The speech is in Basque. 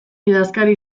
idazkari